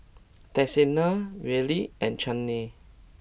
Texanna Reilly and Chana